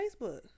Facebook